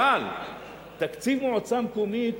אבל תקציב מועצה מקומית,